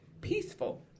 peaceful